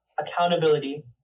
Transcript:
accountability